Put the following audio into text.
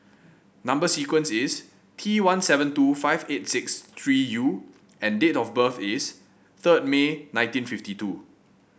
number sequence is T one seven two five eight six three U and date of birth is third May nineteen fifty two